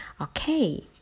okay